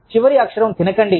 చివరి అక్షరం తినకండి